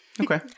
Okay